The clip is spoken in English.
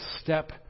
step